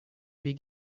wie